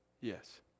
Yes